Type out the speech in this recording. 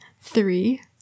three